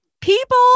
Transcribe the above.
people